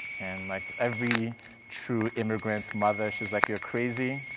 and like every true immigrant's mother, she's like, you're crazy,